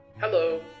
Hello